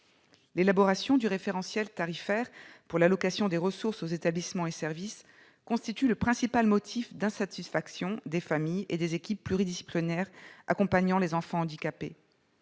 L'élaboration du référentiel tarifaire pour l'allocation des ressources aux établissements et services constitue le principal motif d'insatisfaction des familles et des équipes pluridisciplinaires accompagnant les enfants handicapés.